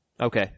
Okay